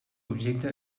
objecte